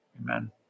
Amen